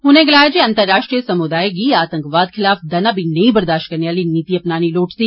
उनें गलाया जे अंतर्राष्ट्रीय समुदाए गी आतंकवाद खिलाफ दना बी नेई बरदाशत करने आली नीति अपनानी लोड़चदी